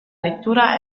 lettura